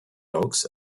logs